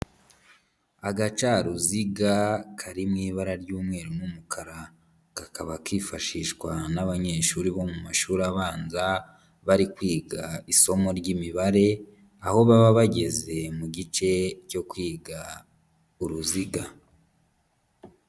Agacaruziga kari mu ibara ry'umweru n'umukara. Kakaba kifashishwa n'abanyeshuri bo mu mashuri abanza, bari kwiga isomo ry'imibare, aho baba bageze mu gice cyo kwiga uruziga.